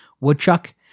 woodchuck